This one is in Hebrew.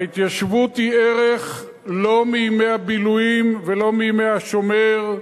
ההתיישבות היא ערך לא מימי הביל"ויים ולא מימי "השומר",